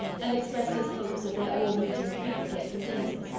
and expressed his hopes of their all meeting frequently at st. james's,